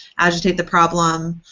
agitate the problem,